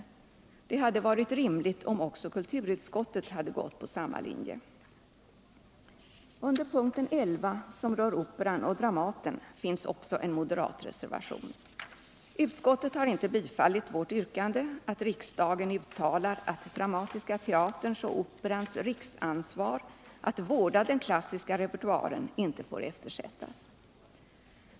Det hade varit rimligt om också kulturutskottet hade valt samma linje. Under punkten 11, som rör Operan och Dramaten, finns också en moderat reservation. Utskottet har inte biträtt vårt yrkande att riksdagen uttalar att Dramatiska teaterns och Operans riksansvar att vårda den klassiska repertoaren inte får eftersättas.